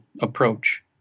approach